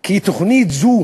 כי תוכנית זו